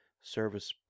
service